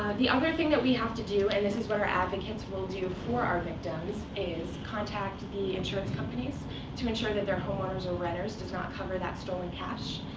ah the other thing that we have to do and this is what our advocates will do for our victims is contact the insurance companies to ensure that their homeowner's or renter's does not cover that stolen cash.